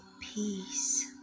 peace